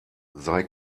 sei